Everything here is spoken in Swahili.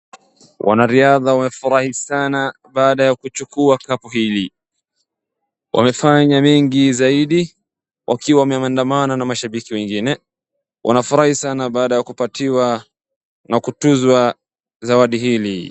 Wanaridha wafurahi sana baada ya kuchukua cup hili. Wamefanya mengi zaidi wakiwa wameamdanama na mashambiki wengine. Wanafurahi sana baada ya kupatiwa na kutunzwa zawadi hili.